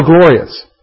glorious